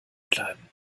bleiben